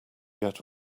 get